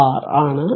ആണ്